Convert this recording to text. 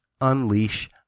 unleash